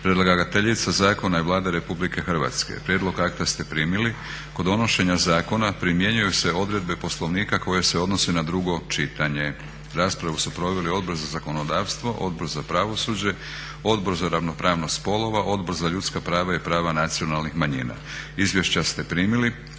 Predlagateljica zakona je Vlada RH. Prijedlog akta ste primili. Kod donošenja zakona primjenjuju se odredbe Poslovnika koje se odnose na drugo čitanje. Raspravu su proveli Odbor za zakonodavstvo, Odbor za pravosuđe, Odbor za ravnopravnost spolova, Odbor za ljudska prava i prava nacionalnih manjina. Izvješća ste primili.